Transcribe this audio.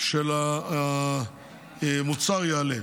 של המוצר יעלה.